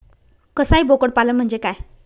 कसाई बोकड पालन म्हणजे काय?